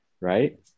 Right